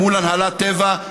מול הנהלת טבע.